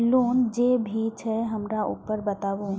Loan जे भी छे हमरा ऊपर बताबू?